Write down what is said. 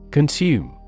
Consume